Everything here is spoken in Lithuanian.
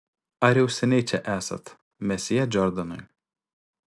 ar jau seniai čia esat mesjė džordanai